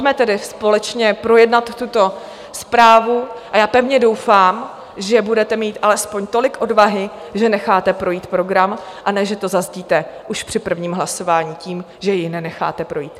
Pojďme tedy společně projednat tuto zprávu a já pevně doufám, že budete mít alespoň tolik odvahy, že necháte projít program, a ne že to zazdíte už při prvním hlasování tím, že jej nenecháte projít.